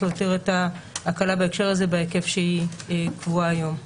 להותיר את ההקלה בהקשר הזה בהיקף שהיא קבועה היום.